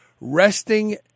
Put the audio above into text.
resting